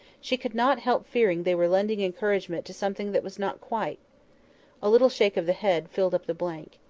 she could not help fearing they were lending encouragement to something that was not quite a little shake of the head filled up the blank.